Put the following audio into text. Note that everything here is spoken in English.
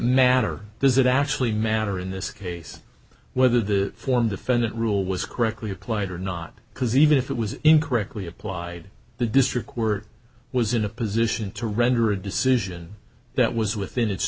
matter does it actually matter in this case whether the form defendant rule was correctly applied or not because even if it was incorrectly applied the district were was in a position to render a decision that was within its